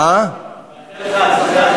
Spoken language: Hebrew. מאחל לך הצלחה,